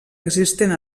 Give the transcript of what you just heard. existent